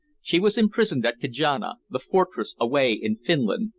she was imprisoned at kajana, the fortress away in finland,